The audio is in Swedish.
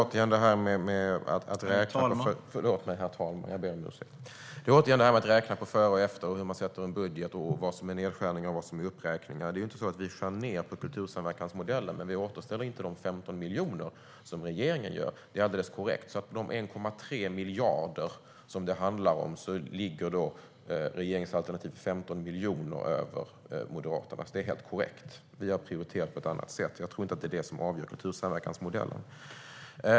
Herr talman! Det handlar återigen om att räkna på före och efter, hur man sätter ihop en budget, vad som är nedskärningar och vad som är uppräkningar. Det är inte så att vi skär ned på kultursamverkansmodellen, men vi återställer inte de 15 miljonerna som regeringen gör. Det är alldeles korrekt. För de 1,3 miljarder som det handlar om ligger regeringens alternativ 15 miljoner över Moderaterna. Det är helt korrekt. Vi har prioriterat på ett annat sätt. Det är inte det som avgör kultursamverkansmodellen.